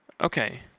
Okay